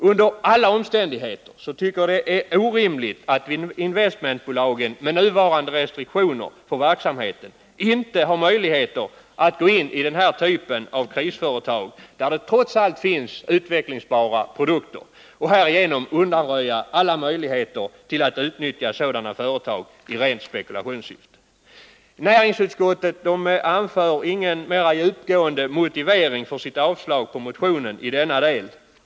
Under alla omständigheter tycker jag det är orimligt att investmentbolagen med nuvarande restriktioner för verksamheten inte har möjlighet att gå in i den här typen av krisföretag, där det trots allt finns utvecklingsbara produkter, och härigenom undanröja alla möjligheter till att utnyttja sådana företag i rent spekulationssyfte. Näringsutskottet anför ingen mer djupgående motivering för sitt avstyrkande av motionen i denna del.